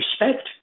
respect